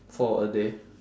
for a day